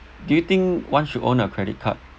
do you think one should own a credit card